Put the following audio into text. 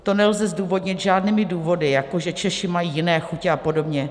To nelze zdůvodnit žádnými důvody, jako že Češi mají jiné chutě a podobně.